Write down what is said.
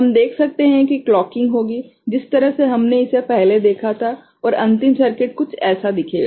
हम देख सकते हैं कि क्लॉकिंग होगी जिस तरह से हमने इसे पहले देखा था और अंतिम सर्किट कुछ ऐसा दिखेगा